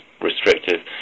restrictive